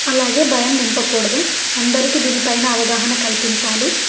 అలాగే భయం నింపకూడదు అందరికీ దీనిపైన అవగాహన కల్పించాలి